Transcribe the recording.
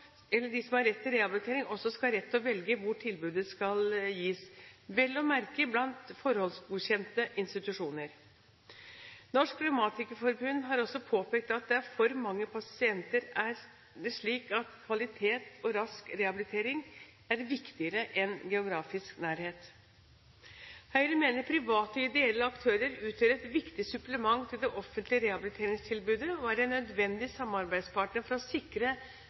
rett til å velge hvor tilbudet skal gis – vel og merke blant forhåndsgodkjente institusjoner. Norsk Revmatikerforbund har også påpekt at det for mange pasienter er slik at «kvalitet og rask rehabilitering er viktigere enn geografisk nærhet». Høyre mener private og ideelle aktører utgjør et viktig supplement til det offentlige rehabiliteringstilbudet, og er en nødvendig samarbeidspartner for å sikre